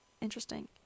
interesting